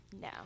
No